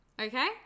okay